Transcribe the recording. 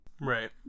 Right